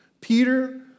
Peter